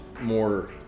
more